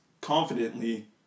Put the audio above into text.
confidently